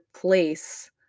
place